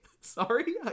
sorry